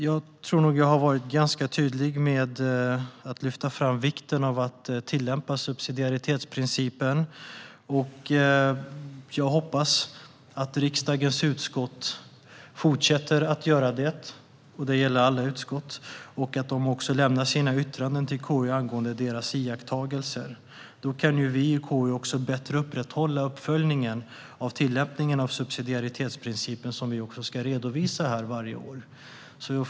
Jag tror att jag har varit ganska tydlig med att lyfta fram vikten av att tillämpa subsidiaritetsprincipen och hoppas att riksdagens utskott fortsätter att göra det - det gäller alla utskott - och att de också lämnar sina yttranden till KU angående deras iakttagelser. Då kan vi i KU bättre upprätthålla uppföljningen av tillämpningen av subsidiaritetsprincipen, som vi ska redovisa här varje år.